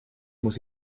muss